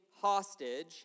hostage